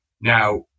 Now